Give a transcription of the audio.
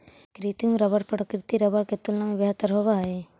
कृत्रिम रबर प्राकृतिक रबर के तुलना में बेहतर होवऽ हई